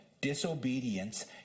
Disobedience